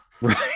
right